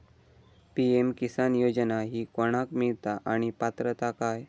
PM किसान योजना ही कोणाक मिळता आणि पात्रता काय?